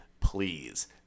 Please